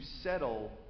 settle